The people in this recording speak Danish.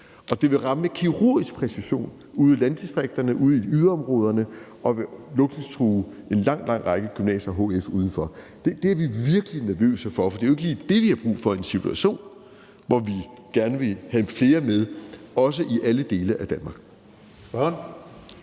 Det vil ramme med kirurgisk præcision ude i landdistrikterne og ude i yderområderne, og vil lukningstrue en lang, lang række gymnasier og HF-skoler. Det er vi virkelig nervøse for, for det er jo ikke lige det, vi har brug for i en situation, hvor vi gerne vil have flere med, også alle dele af Danmark.